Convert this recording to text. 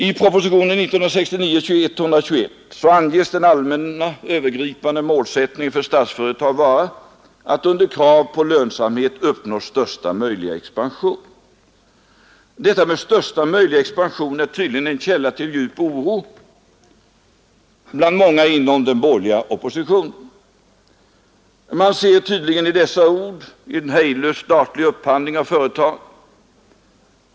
I propositionen 1969:121 anges den allmänna övergripande målsättningen för Statsföretag vara att under krav på lönsamhet uppnå största möjliga expansion. Detta med största möjliga expansion är tydligen en källa till djup oro bland många inom den borgerliga oppositionen. Man ser uppenbarligen i dessa ord en hejdlös statlig upphandling av företag.